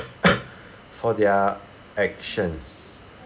for their actions